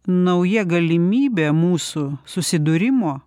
nauja galimybė mūsų susidūrimo